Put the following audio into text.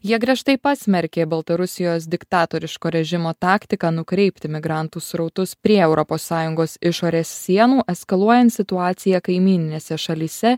jie griežtai pasmerkė baltarusijos diktatoriško režimo taktiką nukreipti migrantų srautus prie europos sąjungos išorės sienų eskaluojant situaciją kaimyninėse šalyse